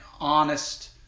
honest